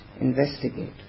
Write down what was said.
Investigate